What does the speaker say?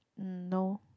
um no